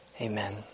Amen